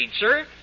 sir